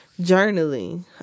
journaling